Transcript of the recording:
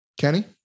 Kenny